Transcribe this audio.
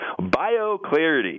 BioClarity